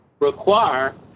require